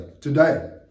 today